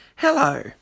Hello